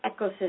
ecosystem